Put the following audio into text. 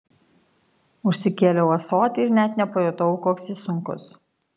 užsikėliau ąsotį ir net nepajutau koks jis sunkus